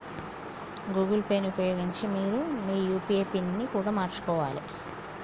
Google Pay ని ఉపయోగించి మీరు మీ యూ.పీ.ఐ పిన్ని కూడా మార్చుకోవాలే